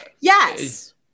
yes